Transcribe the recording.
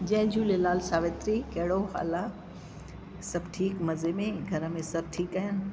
जय झूलेलाल सावित्री कहिड़ो हालु आहे सभु ठीकु मज़े में घर में सब ठीकु आहिनि